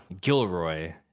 Gilroy